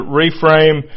reframe